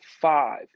five